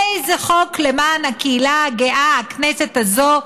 איזה חוק למען הקהילה הגאה הכנסת הזאת,